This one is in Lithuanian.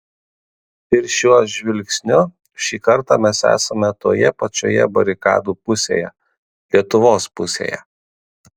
ir šiuo žvilgsniu šį kartą mes esame toje pačioje barikadų pusėje lietuvos pusėje